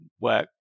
work